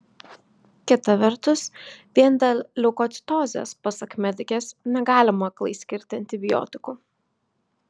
kita vertus vien dėl leukocitozės pasak medikės negalima aklai skirti antibiotikų